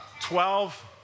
Twelve